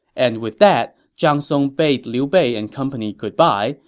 and with that, zhang song bade liu bei and company goodbye,